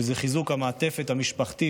שזה חיזוק המעטפת המשפחתית,